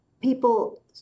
people